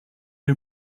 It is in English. new